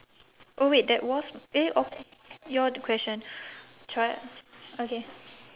oh wait that was eh orh your question tr~ okay